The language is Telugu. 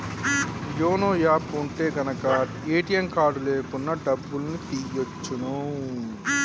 యోనో యాప్ ఉంటె గనక ఏటీఎం కార్డు లేకున్నా డబ్బుల్ని తియ్యచ్చును